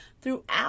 throughout